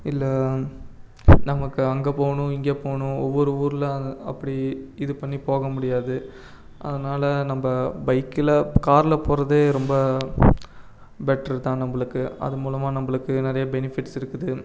இல்லை நமக்கு அங்கே போகணும் இங்கே போகணும் ஒவ்வொரு ஊரில் அப்படி இது பண்ணி போக முடியாது அதனால் நம்ப பைக்கில் காரில் போகறதே ரொம்ப பெட்டர் தான் நம்பளுக்கு அது மூலமாக நம்பளுக்கு நிறைய பெனிஃபிட்ஸ் இருக்குது